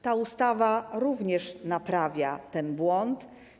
Ta ustawa również naprawia ten błąd.